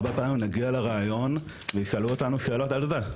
הרבה פעמים נגיע לראיון וישאלו אותנו שאלות על זה.